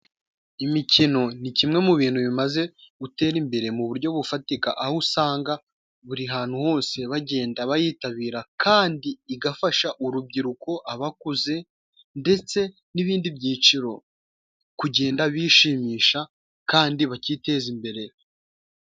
Imikino ni kimwe mu bintu bimaze gutera imbere mu buryo bufatika, aho usanga buri hantu hose bagenda bayitabira kandi igafasha urubyiruko, abakuze ndetse n'ibindi byiciro kugenda bishimisha kandi bakiteza imbere.